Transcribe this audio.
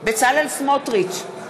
בצלאל סמוטריץ,